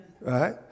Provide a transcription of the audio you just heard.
Right